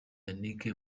yannick